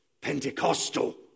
Pentecostal